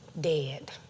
dead